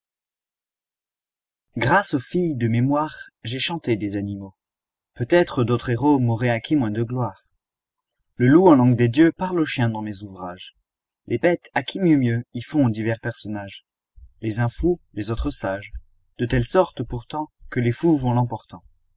grâce aux filles de mémoire j'ai chaulé des animaux peut-être d'autres héros m'auraient acquis moins de gloire le loup en langue des dieux parle au chien dans mes ouvrages les bêtes à qui mieux mieux y font divers personnages les uns fous les autres sages de telle sorte pourtant que les fous vont l'emportant